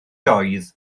doedd